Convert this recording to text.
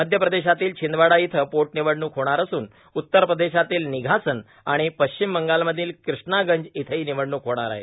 मध्य प्रदेशातील छिंदवाडा इथं पोटनिवडणूक होणार असून उत्तर प्रदेशातील निघासन आणि पश्चिम बंगालमधील किष्णागंज इथंही निवडणुक होणार आहेत